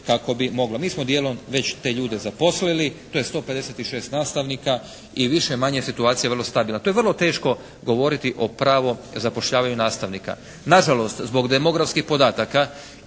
kako bi moglo, mi smo dijelom već te ljude zaposlili to je 156 nastavnika i više-manje je situacija vrlo stabilna. To je vrlo teško govoriti o pravu zapošljavanju nastavnika. Na žalost zbog demografskih podataka